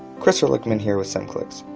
chris ehrlichman here with semclix.